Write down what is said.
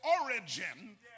origin